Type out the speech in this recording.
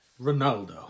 Ronaldo